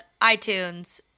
iTunes